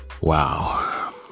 Wow